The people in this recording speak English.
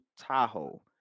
Tahoe